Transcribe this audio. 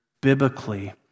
biblically